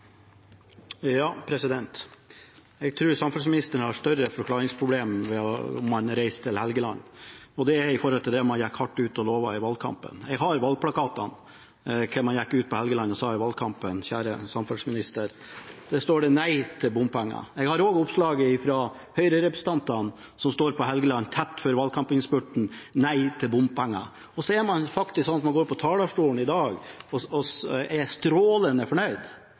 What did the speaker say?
Jeg tror samferdselsministeren ville ha et større forklaringsproblem om han reiste til Helgeland, med hensyn til det man gikk hardt ut og lovet i valgkampen. Jeg har valgplakatene hvor det står hva man gikk ut og sa i valgkampen på Helgeland, kjære samferdselsminister. Der står det nei til bompenger. Jeg har også oppslag fra Høyre-representantene, som står på Helgeland tett før valgkampinnspurten, og hvor det står nei til bompenger. Så går man på talerstolen i dag og er strålende fornøyd og får pekt nese til Arbeiderpartiet. Nei, de som har grunn til å være minst fornøyd